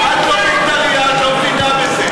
את לא בית"רייה, את לא מבינה בזה.